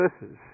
verses